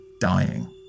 dying